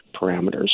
parameters